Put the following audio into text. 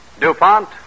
DuPont